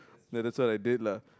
yeah that's why I did lah